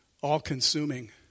all-consuming